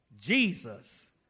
Jesus